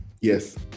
Yes